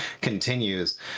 continues